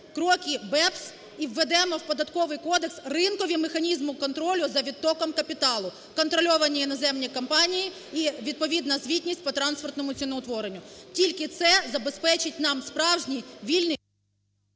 кроки БЕПС і введемо в Податковий кодекс ринкові механізми контролю за відтоком капіталу. Контрольовані іноземні компанії і відповідна звітність по трансфертному ціноутворенню – тільки це забезпечить нам справжній вільний...